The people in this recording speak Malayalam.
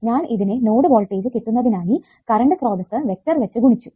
ഞാൻ ഇതിനെ നോഡ് വോൾടേജ് കിട്ടുന്നതിനായി കറണ്ട് സ്രോതസ്സ് വെക്റ്റർ വെച്ച് ഗുണിച്ചു